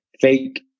fake